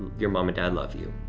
your mom and dad love you.